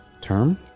term